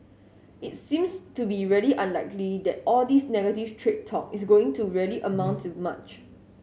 it seems to be really unlikely that all this negative trade talk is going to really amount to much